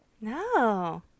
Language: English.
No